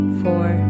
four